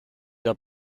der